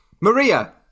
Maria